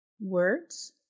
words